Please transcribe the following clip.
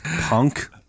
Punk